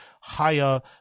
higher